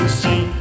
see